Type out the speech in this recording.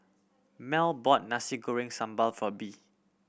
Mell bought Nasi Goreng Sambal for Bee